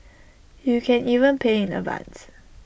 you can even pay in advance